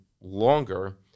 longer